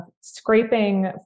scraping